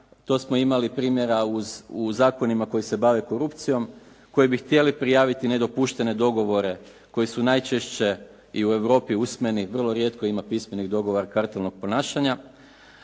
to smo imali primjera u zakonima koji se bave korupcijom, koji bi htjeli prijaviti nedopuštene dogovore koji su najčešće i u Europi usmeni, vrlo rijetko ima pismenih dogovara … /Govornik